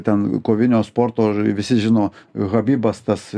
ten kovinio sporto visi žino habibas tas